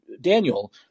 Daniel